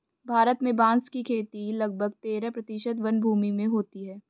भारत में बाँस की खेती लगभग तेरह प्रतिशत वनभूमि में होती है